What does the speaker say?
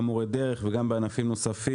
גם מורי דרך וגם ענפים נוספים,